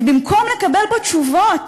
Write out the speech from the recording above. ובמקום לקבל פה תשובות